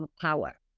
power